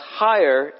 higher